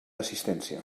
assistència